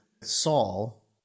Saul